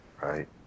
Right